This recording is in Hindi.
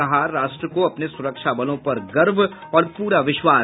कहा राष्ट्र को अपने सुरक्षा बलों पर गर्व और पूरा विश्वास